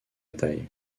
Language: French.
bataille